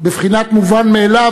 בבחינת מובן מאליו,